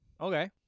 Okay